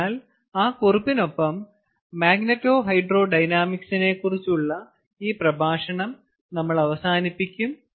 അതിനാൽ ആ കുറിപ്പിനൊപ്പം മാഗ്നെറ്റോഹൈഡ്രോഡൈനാമിക്സിനെക്കുറിച്ചുള്ള ഈ പ്രഭാഷണം നമ്മൾ അവസാനിപ്പിക്കും